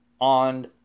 on